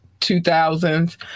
2000s